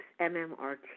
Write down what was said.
MMRT